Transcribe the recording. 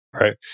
Right